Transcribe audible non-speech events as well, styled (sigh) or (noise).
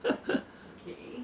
(laughs)